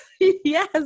Yes